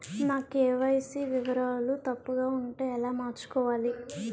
నా కే.వై.సీ వివరాలు తప్పుగా ఉంటే ఎలా మార్చుకోవాలి?